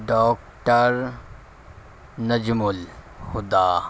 doctor Najm ul Huda